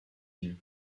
yeux